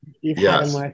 Yes